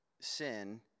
sin